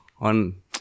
on